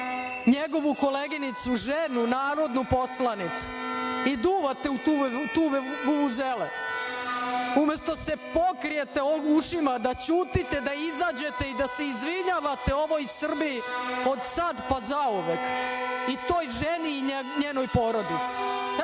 njegovu koleginicu ženu, narodnu poslanicu. I duvate u te vuvuzele, umesto da se pokrijete ušima, da ćutite, da izađete i da se izvinjavate ovoj Srbiji od sada pa zauvek i toj ženi i njenoj porodici.